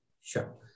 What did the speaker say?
Sure